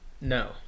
no